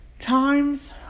times